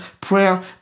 prayer